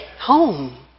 home